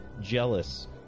jealous